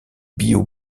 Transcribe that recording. bio